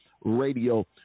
Radio